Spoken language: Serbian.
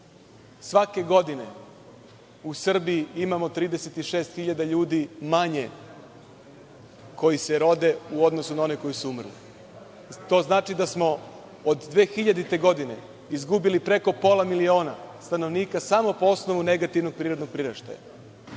svake godine u Srbiji imamo 36.000 ljudi manje koji se rode u odnosu na one koji su umrli. To znači da smo od 2000. godine izgubili preko pola miliona stanovnika, samo po osnovu negativnog prirodnog priraštaja. Takođe,